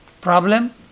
Problem